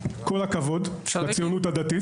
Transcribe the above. כל הכבוד לציונות הדתית.